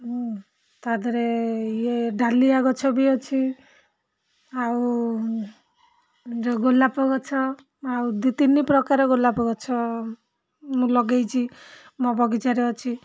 ହୁଁ ତା' ଦେହରେ ଇଏ ଡାଲିଆ ଗଛ ବି ଅଛି ଆଉ ଗୋଲାପ ଗଛ ଆଉ ଦି ତିନିପ୍ରକାର ଗୋଲାପ ଗଛ ମୁଁ ଲଗେଇଛି ମୋ ବଗିଚାରେ ଅଛି